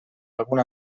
alguna